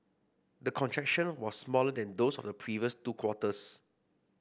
the contraction was smaller than those of the previous two quarters